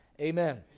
Amen